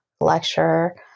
lecturer